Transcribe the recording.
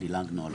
דילגנו על 33 ה'.